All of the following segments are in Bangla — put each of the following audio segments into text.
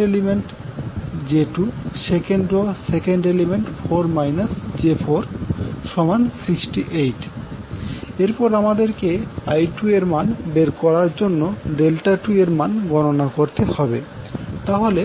এরপর আমাদেরকে I2 এর মান বের করার জন্য ∆2 এর মান গণনা করতে হবে তাহলে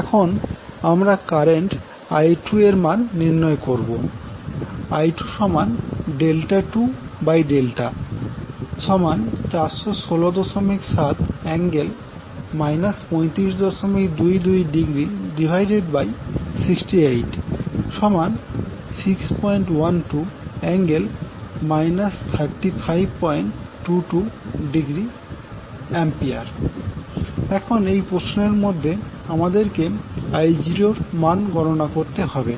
এখন আমরা কারেন্ট I2 এর মান নির্ণয় করবো এখন এই প্রশ্নের মধ্যে আমাদেরকে I0 এর মান গণনা করতে হবে